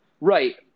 Right